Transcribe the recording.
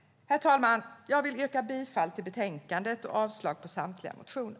Herr talman! Jag vill yrka bifall till förslaget i betänkandet och avslag på samtliga motioner.